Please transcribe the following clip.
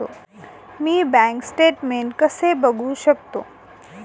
मी bank statement कसे बघू शकतो?